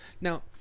Now